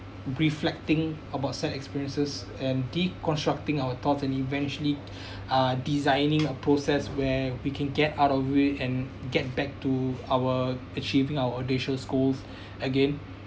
reflecting about sad experiences and deconstructing our thoughts and eventually uh designing a process where we can get out of it and get back to our achieving our audacious goals again